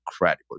incredible